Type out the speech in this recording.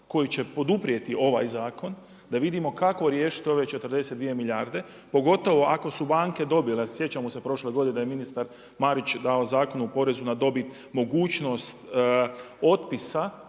koji će poduprijeti ovaj zakon, da vidimo kako riješiti ove 42 milijarde pogotovo ako su banke dobile, sjećamo se prošle godine da je ministar Marić dao Zakon o porezu na dobit mogućnost otpisa